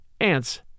ants